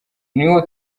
niho